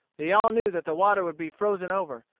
they all knew that the water would be frozen over,